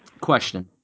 question